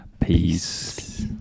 Peace